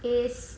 is